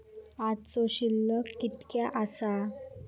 आजचो शिल्लक कीतक्या आसा?